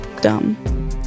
dumb